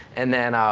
and then, ah,